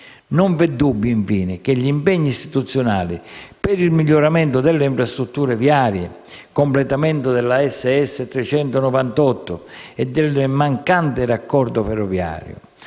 Non c'è dubbio, infine, che gli impegni istituzionali per il miglioramento delle infrastrutture viarie (completamento della SS. 398 e del mancante raccordo ferroviario)